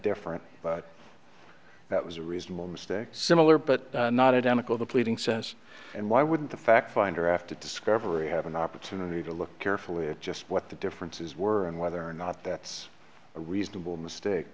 different but that was a reasonable mistake similar but not identical the pleading says and why wouldn't the fact finder after discovery have an opportunity to look carefully at just what the differences were and whether or not that's a reasonable mistake